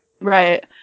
right